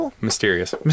Mysterious